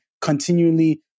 continually